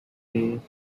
multiplayer